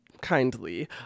kindly